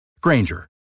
Granger